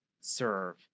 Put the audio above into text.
serve